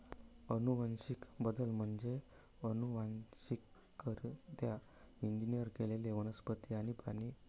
अनुवांशिक बदल म्हणजे अनुवांशिकरित्या इंजिनियर केलेले वनस्पती आणि प्राणी वगळणे